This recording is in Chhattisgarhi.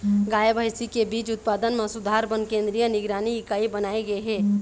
गाय, भइसी के बीज उत्पादन म सुधार बर केंद्रीय निगरानी इकाई बनाए गे हे